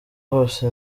hose